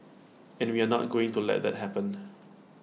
and we are not going to let that happened